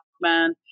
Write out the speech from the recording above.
man